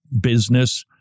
business